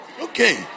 Okay